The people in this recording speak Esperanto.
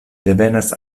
devenas